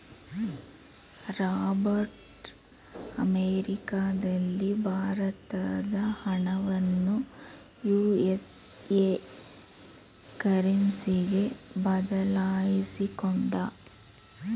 Robert ಅಮೆರಿಕದಲ್ಲಿ ಭಾರತದ ಹಣವನ್ನು ಯು.ಎಸ್.ಎ ಕರೆನ್ಸಿಗೆ ಬದಲಾಯಿಸಿಕೊಂಡ